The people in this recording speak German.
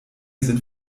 sind